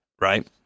right